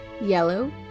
yellow